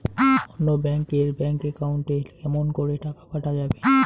অন্য ব্যাংক এর bank account এ কেমন করে টাকা পাঠা যাবে?